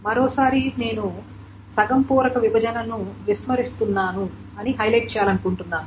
మరోసారి నేను సగం పూరక విభజనను విస్మరిస్తున్నానని హైలైట్ చేయాలనుకుంటున్నాను